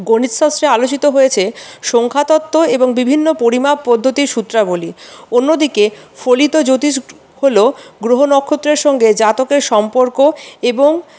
গণিত শাস্ত্রে আলোচিত হয়েছে সংখ্যাতত্ত্ব এবং বিভিন্ন পরিমাপ পদ্ধতির সূত্রাবলী অন্যদিকে ফলিত জ্যোতিষ হল গ্রহ নক্ষত্রের সঙ্গে জাতকের সম্পর্ক এবং